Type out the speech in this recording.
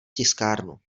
tiskárnu